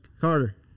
Carter